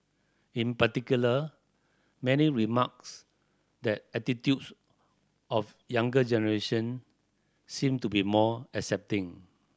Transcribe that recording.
in particular many remarks that attitudes of younger generation seem to be more accepting